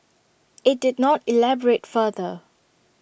IT did not elaborate further